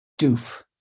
Doof